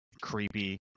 creepy